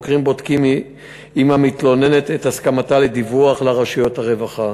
החוקרים בודקים עם המתלוננת את הסכמתה לדיווח לרשויות הרווחה.